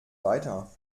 weiter